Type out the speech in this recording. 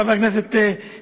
חברת הכנסת שלי,